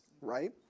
right